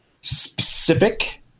specific